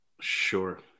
Sure